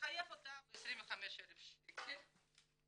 --- לחייב אותה ב-25,000 שקל,